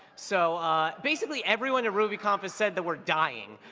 so basically everyone at rubyconf has said that we're dying.